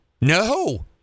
No